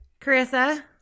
Carissa